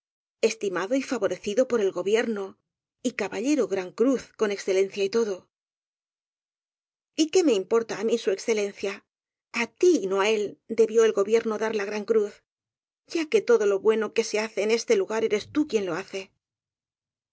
estimado y fa vorecido por el gobierno y caballero gran cruz con excelencia y todo y qué me importa á mí su excelencia a tí y no á él debió el gobierno dar la gran cruz ya que todo lo bueno que se hace en este lugar eres tú quien lo hace